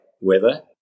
weather